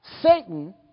Satan